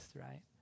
right